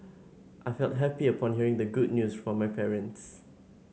I felt happy upon hearing the good news from my parents